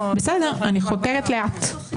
אני חותרת לאט.